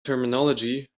terminology